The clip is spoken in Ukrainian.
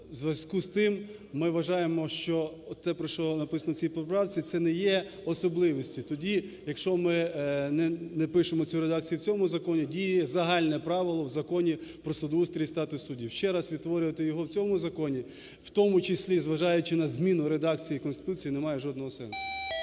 зважаючи на зміну редакції Конституції, немає жодного сенсу.